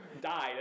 died